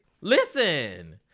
Listen